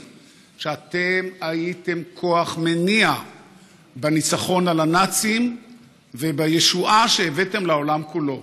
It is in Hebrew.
שאתם הייתם כוח מניע בניצחון על הנאצים ובישועה שהבאתם לעולם כולו,